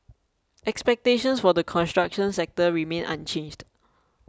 expectations for the construction sector remain unchanged